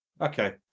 Okay